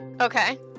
Okay